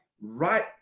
right